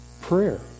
prayer